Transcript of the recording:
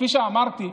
כפי שאמרתי,